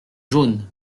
jaunes